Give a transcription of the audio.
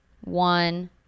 one